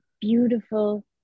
beautiful